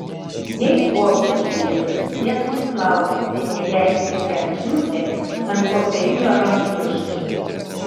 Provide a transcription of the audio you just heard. jei uogos šviežios jas nuplaukite ir leiskite apdžiūti ant popierinio rankšluosčio